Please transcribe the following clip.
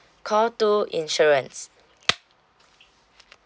call two insurance